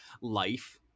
life